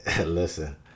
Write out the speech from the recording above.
listen